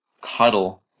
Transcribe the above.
cuddle